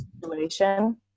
situation